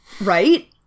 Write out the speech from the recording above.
right